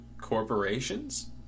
corporations